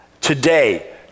today